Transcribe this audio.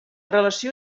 relació